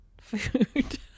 food